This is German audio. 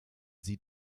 sie